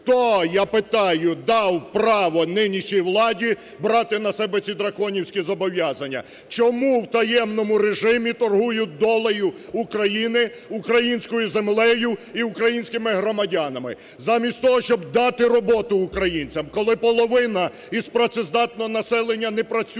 Хто, я питаю, дав право нинішній владі брати на себе ці драконівські зобов'язання? Чому в таємному режимі торгують долею України, українською землею і українськими громадянами? Замість того, щоб дати роботу українцям, коли половина із працездатного населення не працює,